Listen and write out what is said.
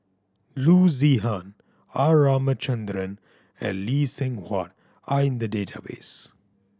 Loo Zihan R Ramachandran and Lee Seng Huat are in the database